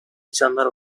insanlar